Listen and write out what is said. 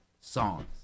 songs